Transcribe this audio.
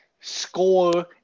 score